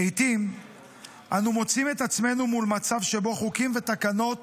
לעיתים אנו מוצאים את עצמנו מול מצב שבו חוקים ותקנות